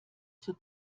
zur